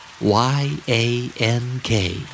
Y-A-N-K